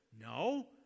No